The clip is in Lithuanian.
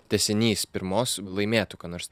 tęsinys pirmos laimėtų ką nors